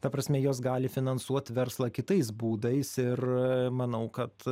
ta prasme jos gali finansuot verslą kitais būdais ir manau kad